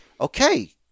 Okay